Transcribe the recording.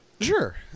Sure